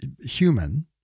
human